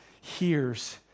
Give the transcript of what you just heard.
hears